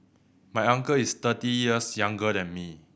my uncle is thirty years younger than me